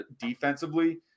defensively